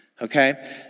Okay